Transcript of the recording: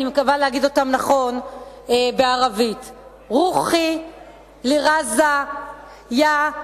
ואני מקווה להגיד אותן נכון בערבית: רוחי לע'זה יא ח'אאנה.